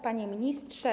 Panie Ministrze!